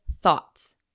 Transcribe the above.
thoughts